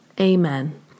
Amen